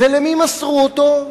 למי מסרו אותו?